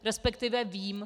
Respektive vím.